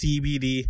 CBD